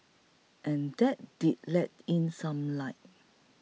and that did let in some light